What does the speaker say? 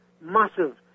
massive